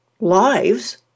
lives